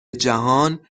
جهان